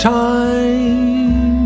time